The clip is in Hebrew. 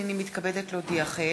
הנני מתכבדת להודיעכם,